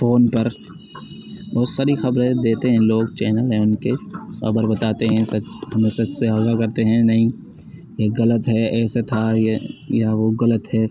phone پر بہت ساری خبریں دیتے ہیں لوگ چینل ہیں ان کے اور بتاتے ہیں سچ ہمیں سچ سے آگاہ کرتے ہیں نہیں یہ غلط ہے ایسا تھا یہ یا وہ غلط ہے